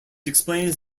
explains